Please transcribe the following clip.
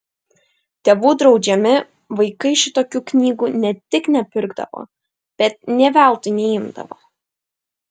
tėvų draudžiami vaikai šitokių knygų ne tik nepirkdavo bet nė veltui neimdavo